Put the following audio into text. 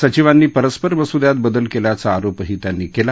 सचिवांनी परस्पर मसूद्यात बदल केल्याचा आरोपही त्यांनी केला